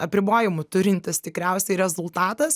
apribojimų turintis tikriausiai rezultatas